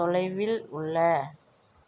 தொலைவில் உள்ள